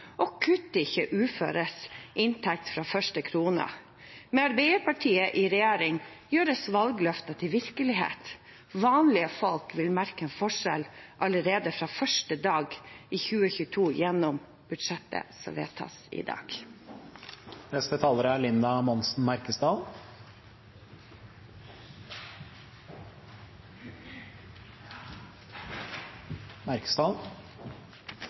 og kutter ikke uføres inntekt fra første krone. Med Arbeiderpartiet i regjering gjøres valgløfter til virkelighet. Vanlige folk vil merke en forskjell allerede fra første dag i 2022 gjennom budsjettet som vedtas i dag. I dag er